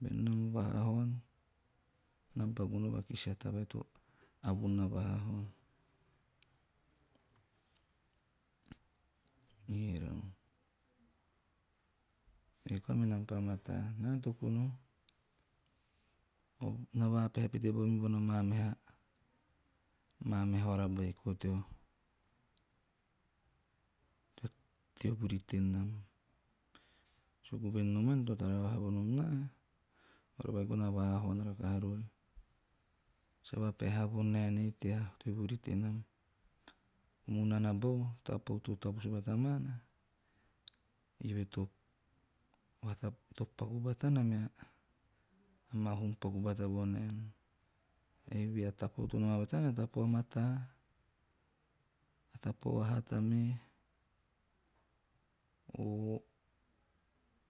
Benam vahahaon nam pa gono vakis a taba to a von na vahahaon. erau ei koa me nam pa mataa. Naa na toku nom, na vapeha pete bau mebona maa meha vahara beiko teo vuri tenam. Suku voer ei nomana, to pa tara vaha vo nom naa, vahara beiko na vahahaon rakaha rori. Sa vapeha haa vonaen ei tea vuri tenam. O unana bau a tapau to tavus bata maana eove to paku bbatana mea amaa hum paku bata vonaen. Eive a tapau to noma bvatana a tapau mataa, a tapau a hata me o.